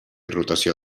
rotació